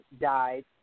died